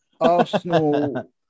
Arsenal